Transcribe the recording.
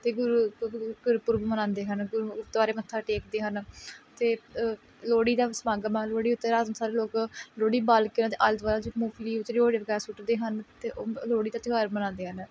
ਅਤੇ ਗੁਰੂ ਗੁਰਪੁਰਬ ਮਨਾਉਂਦੇ ਹਨ ਗੁਰੂਦੁਆਰੇ ਮੱਥਾ ਟੇਕਦੇ ਹਨ ਅਤੇ ਲੋਹੜੀ ਦਾ ਸਮਾਗਮ ਆ ਲੋਹੜੀ ਉੱਤੇ ਰਾਤ ਨੂੰ ਸਾਰੇ ਲੋਕ ਲੋਹੜੀ ਬਾਲਕੇ ਉਹਨਾਂ ਦੇ ਆਲੇ ਦੁਆਲੇ ਮੂੰਗਫਲੀ ਵਿੱਚ ਰਿਉੜੀਆਂ ਵਗੈਰਾ ਸੁੱਟਦੇ ਹਨ ਅਤੇ ਲੋਹੜੀ ਦਾ ਤਿਉਹਾਰ ਮਨਾਉਂਦੇ ਹਨ